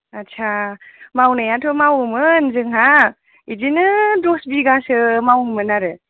आस्सा मावनायाथ' मावोमोन जोंहा इदिनो दस बिगासो मावोमोन आरो